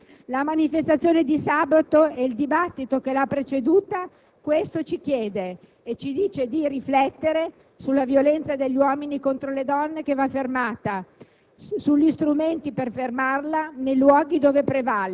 direbbero gli antichi filosofi, la sostanza dall'accidente. La manifestazione di sabato e il dibattito che l'ha preceduta questo ci chiede e ci dice di riflettere sulla violenza degli uomini contro le donne, che va fermata,